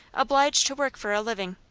obliged to work for a living.